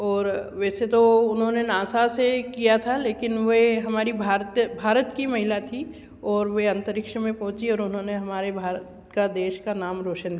और वैसे तो उन्होंने नासा से किया था लेकिन वे हमारी भारतीय भारत की महिला थी और वे अंतरिक्ष में पहुँची और उन्होंने हमारे भारत का देश का नाम रोशन